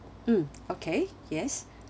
mm okay yes